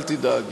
אל תדאג,